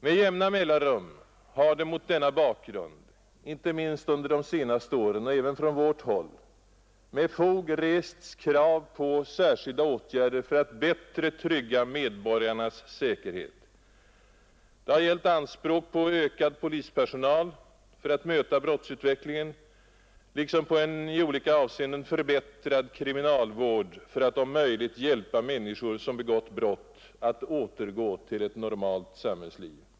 Med jämna mellanrum har det mot denna bakgrund inte minst under de senaste åren och även från vårt håll med fog rests krav på särskilda åtgärder för att bättre trygga medborgarnas säkerhet. Det har gjorts anspråk på ökad polispersonal för att möta brottsutvecklingen, liksom på en i olika avseenden förbättrad kriminalvård för att om möjligt hjälpa människor som begått brott att återgå till ett normalt samhällsliv.